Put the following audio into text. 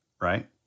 right